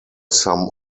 some